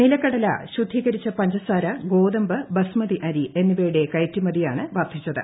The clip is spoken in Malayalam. നിലക്കടല ശുദ്ധീകരിച്ച പഞ്ചസാര ഗോതമ്പ് ബസ്മതി അരി എന്നിവയുടെ കയറ്റുമതിയാണ് വർദ്ധിച്ചത്